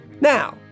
Now